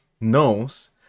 knows